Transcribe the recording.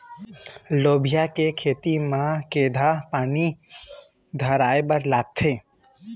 लोबिया के खेती म केघा पानी धराएबर लागथे?